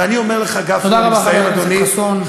ואני אומר לך, גפני, תודה רבה, חבר הכנסת חסון.